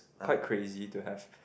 quite crazy to have